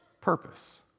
purpose